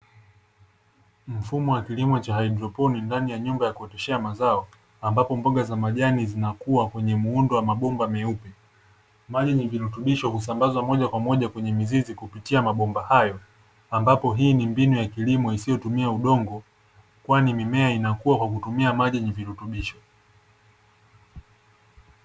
Mfumo wa kilimo cha haidroponi ndani ya nyumba ya kuoteshea mazao, ambapo mboga za majani zinakua kwenye muundo wa mabomba meupe. Maji yenye virutubisho husambazwa moja kwa moja kwenye mizizi kupitia mabomba hayo, ambapo hii ni mbinu ya kilimo isiyotumia udongo kwani mimea inakuwa kwa kutumia maji yenye virutubisho.